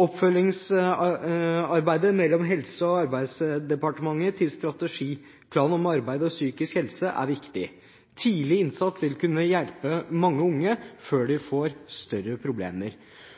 Oppfølgingsarbeidet mellom Helsedepartementet og Arbeidsdepartementet med hensyn til Strategiplan for arbeid og psykisk helse er viktig. Tidlig innsats vil kunne hjelpe mange unge før de får større problemer.